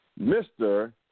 Mr